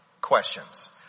questions